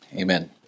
Amen